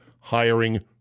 hiring